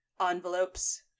envelopes